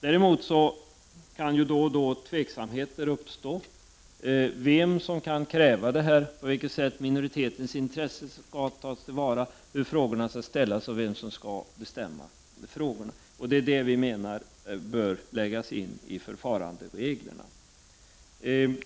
Däremot kan det då och då uppstå tveksamheter om vem som skall kräva en sådan, på vilket sätt minoritetens intressen kan tas till vara, hur frågorna skall ställas och vem som skall bestämma. Detta menar vi bör läggas in i förfarandereglerna. En